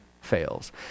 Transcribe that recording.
fails